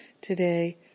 today